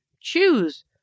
choose